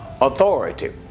authority